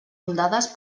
fundades